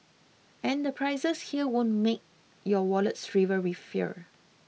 and the prices here won't make your wallet shrivel with fear